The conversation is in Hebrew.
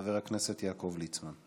חבר הכנסת יעקב ליצמן,